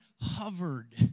hovered